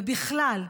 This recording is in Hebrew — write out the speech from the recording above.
ובכלל,